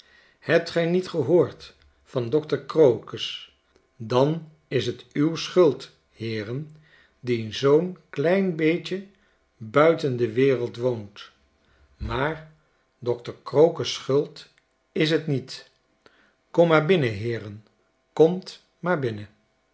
hebt gij niet gehoord van dokter crocus dan is tuwschuld heeren die zoo'n klein beetje buiten de wereld woont maar dokter crocus schuld is t niet komt maar binnen heeren komt maar binnen